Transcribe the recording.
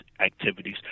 activities